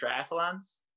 triathlons